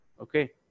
Okay